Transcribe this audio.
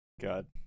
God